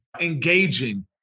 engaging